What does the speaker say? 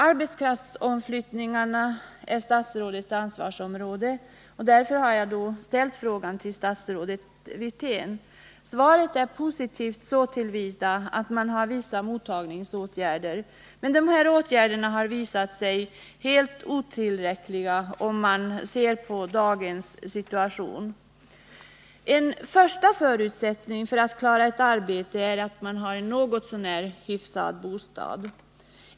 Arbetskraftsomflyttningen är statsrådets ansvarsområde, och därför har jag ställt frågan till statsrådet Wirtén. Svaret är positivt så till vida att man har ordnat vissa mottagnin helt otillrö åtgärder, men i dagens situation har de här åtgärderna visat sig kliga. En första förutsättning för att klara av ett arbete är att man har en något så när hyfsad bostad.